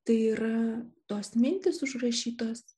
tai yra tos mintys užrašytos